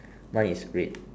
mine is red